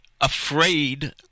afraid